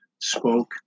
spoke